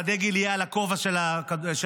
והדגל יהיה על הכובע של השחקן,